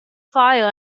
fire